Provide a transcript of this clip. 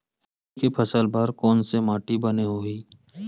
रबी के फसल बर कोन से माटी बने होही?